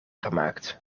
gemaakt